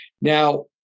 Now